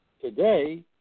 today